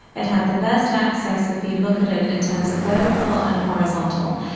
it had the best access if you look at it in terms of vertical and horizontal.